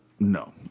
No